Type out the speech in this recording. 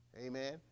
amen